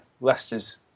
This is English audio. Leicester's